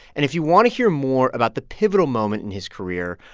and if you want to hear more about the pivotal moment in his career,